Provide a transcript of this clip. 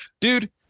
dude